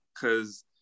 cause